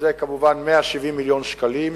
זה כמובן 170 מיליון שקלים,